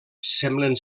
semblen